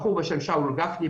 בחור בשם שאול גפני,